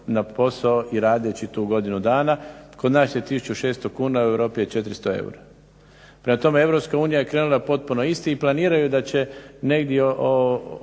na posao i radeći tu godinu dana. Kod nas je 1600 kuna, u Europi je 400 eura. Prema tome, EU je krenula potpuno isti i planiraju da će negdje